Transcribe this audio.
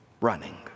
running